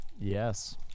Yes